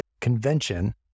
Convention